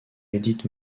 edith